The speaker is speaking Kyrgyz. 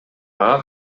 ага